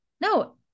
No